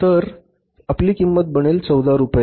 तर आपली किंमत बनेल १४ रुपये